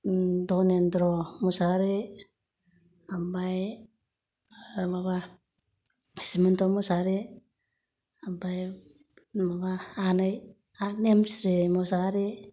दनेन्द्र मोसाहारि ओमफ्राय माबा सुमन्थ मोसाहारि ओमफ्राय माबा आनै नेमस्रि मोसाहारि